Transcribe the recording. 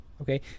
okay